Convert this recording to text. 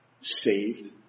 saved